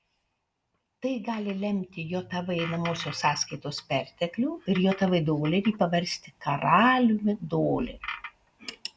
tai gali lemti jav einamosios sąskaitos perteklių ir jav dolerį paversti karaliumi doleriu